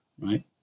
right